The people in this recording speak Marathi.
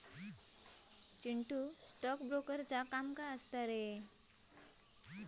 चिंटू, स्टॉक ब्रोकरचा काय काम असा?